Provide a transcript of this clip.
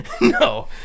No